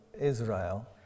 Israel